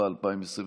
ארבעה נוספים.